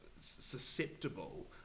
susceptible